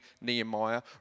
Nehemiah